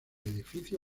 edificio